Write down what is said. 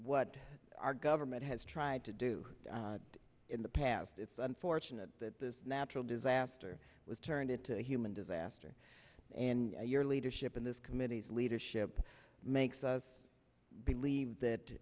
what our government has tried to do in the past it's unfortunate that this natural disaster was turned into a human disaster and your leadership in this committee's leadership makes us believe that